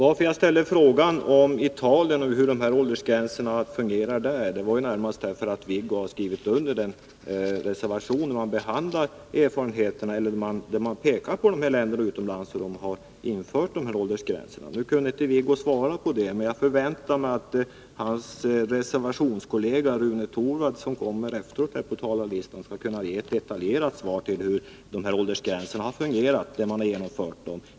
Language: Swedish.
Att jag ställde frågan om hur åldersgränserna i Italien fungerar beror på att Wiggo Komstedt har skrivit under en reservation som utpekar de länder som har infört sådana. Nu kunde inte Wiggo Komstedt svara på det, men jag förväntar mig att hans reservationskollega Rune Torwald, som står efter honom på talarlistan, skall kunna ge ett detaljerat svar på frågan om hur de här åldersgränserna har fungerat där de har införts.